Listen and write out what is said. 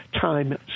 time